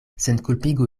senkulpigu